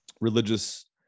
religious